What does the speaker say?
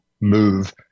move